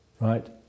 right